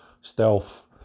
Stealth